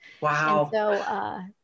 Wow